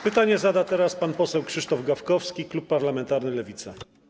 Pytanie zada teraz pan poseł Krzysztof Gawkowski, klub parlamentarny Lewica.